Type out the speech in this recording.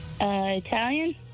Italian